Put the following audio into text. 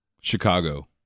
Chicago